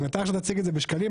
אם אתה תציג את זה בשקלים,